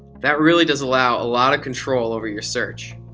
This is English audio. that really does allow a lot of control over your search.